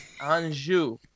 Anjou